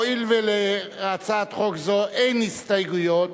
הואיל ולהצעת חוק זו אין הסתייגויות